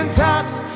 tops